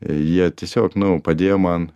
jie tiesiog nu padėjo man